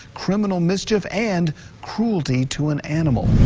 criminal mischief and cruelty to an animal.